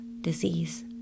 disease